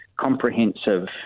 comprehensive